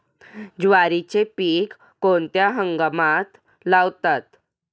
ज्वारीचे पीक कोणत्या हंगामात लावतात?